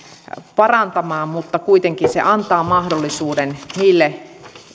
parantamaan mutta kuitenkin se antaa mahdollisuuden niille